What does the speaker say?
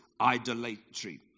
idolatry